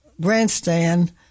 grandstand